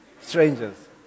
strangers